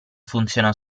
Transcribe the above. funziona